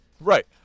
Right